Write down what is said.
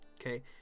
Okay